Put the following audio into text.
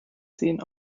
sehen